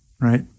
right